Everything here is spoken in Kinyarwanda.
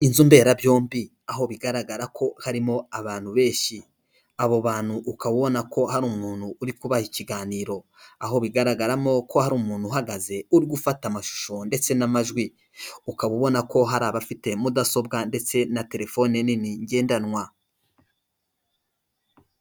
Inzu mberabyombi aho bigaragara ko harimo abantu benshi ,abo bantu ukabona ko hari umuntu uri kubaha ikiganiro, aho bigaragaramo ko hari umuntu uhagaze uri gufata amashusho ndetse n'amajwi, ukaba ubona ko hari abafite mudasobwa ndetse na telefone nini ngendanwa.